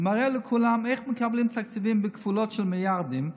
ומראה לכולם איך מקבלים תקציבים בכפולות של מיליארדים,